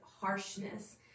harshness